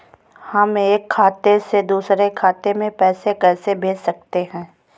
हम एक खाते से दूसरे खाते में पैसे कैसे भेज सकते हैं?